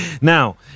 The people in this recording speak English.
Now